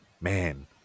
man